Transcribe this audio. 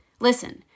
Listen